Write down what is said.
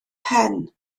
pen